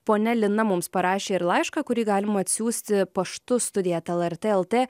ponia lina mums parašė ir laišką kurį galima atsiųsti paštu studija eta lrt elte